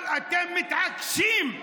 אבל אתם מתעקשים.